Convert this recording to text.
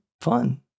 fun